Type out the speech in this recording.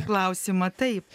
klausimą taip